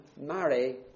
marry